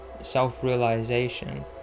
self-realization